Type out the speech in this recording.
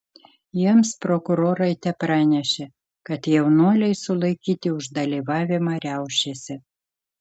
jiems prokurorai tepranešė kad jaunuoliai sulaikyti už dalyvavimą riaušėse